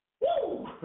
Woo